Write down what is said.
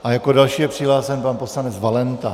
A jako další je přihlášen pan poslanec Valenta.